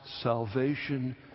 salvation